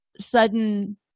sudden